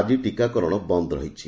ଆଜି ଟିକାକରଣ ବନ୍ଦ ରହିଛି